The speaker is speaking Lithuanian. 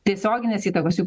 tiesioginės įtakos jų